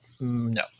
No